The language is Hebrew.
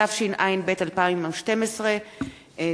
התשע"ב 2012. תודה.